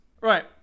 Right